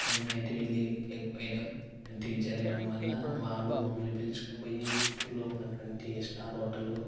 మేం నైట్ వెళ్లి కేక్ కోయడం వంటివి జరగడం వల్ల వాడు మమ్మల్ని పిలుచుకొని పుత్తూర్లో ఉన్నటువంటి స్టార్ హోటల్లో